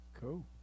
cool